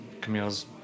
Camille's